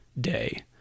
day